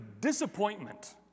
disappointment